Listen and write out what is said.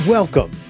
Welcome